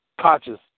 conscious